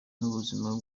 n’ubuzima